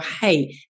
hey